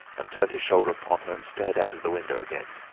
and turned his shoulder upon her and stared out of the window again.